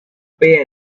pay